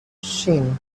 seen